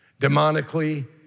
demonically